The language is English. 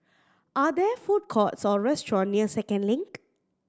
are there food courts or restaurant near Second Link